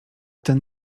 ten